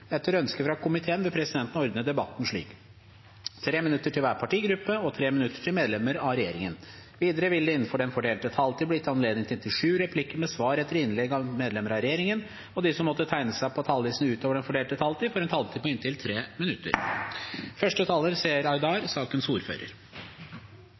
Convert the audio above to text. Etter ønske fra helse- og omsorgskomiteen vil presidenten ordne debatten slik: 3 minutter til hver partigruppe og 3 minutter til medlemmer av regjeringen. Videre vil det, innenfor den fordelte taletid, bli gitt anledning til inntil sju replikker med svar etter innlegg fra medlemmer av regjeringen. De som måtte tegne seg på talerlisten utover den fordelte taletid, får også en taletid på inntil 3 minutter.